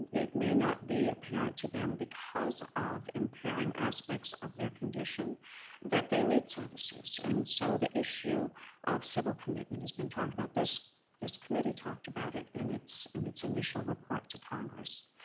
it may not be apparent to them because of impairing aspects of their condition that they need services. and so the issue of civil commitment has been talked about. this this committee talked about it in its in its initial report to congress.